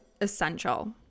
essential